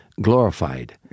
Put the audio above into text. glorified